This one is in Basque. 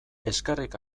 eskerrik